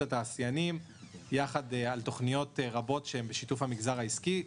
התעשיינים על תוכניות רבות שהן בשיתוף המגזר העסקי.